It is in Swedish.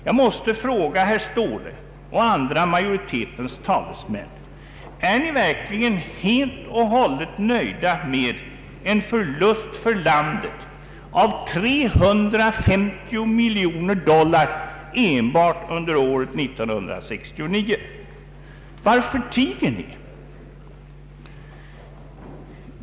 Jag måste fråga herr Ståhle och andra majoritetens talesmän: Är ni verkligen helt och hållet nöjda med en förlust för landet av 350 miljoner dollar enbart under år 1969? Varför tiger ni?